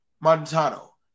Montano